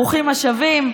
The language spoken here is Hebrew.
ברוכים השבים.